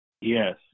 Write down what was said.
Yes